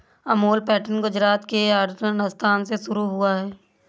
Amul pattern Gujarat के आणंद स्थान से शुरू हुआ है